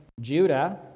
judah